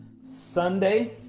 Sunday